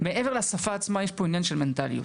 מעבר לשפה עצמה, יש פה עניין של מנטליות.